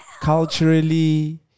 culturally